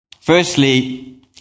Firstly